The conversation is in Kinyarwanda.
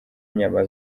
inyama